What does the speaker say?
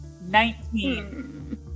Nineteen